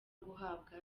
guhabwa